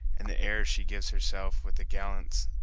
and the airs she gives herself with the gallants.